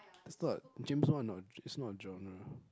that's not James-Bond is not it's not a genre